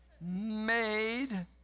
made